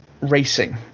Racing